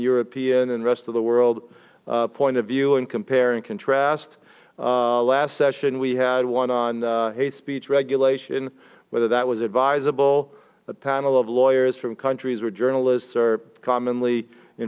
european and rest of the world point of view and compare and contrast last session we had one on hate speech regulation whether that was advisable a panel of lawyers from countries where journalists are commonly in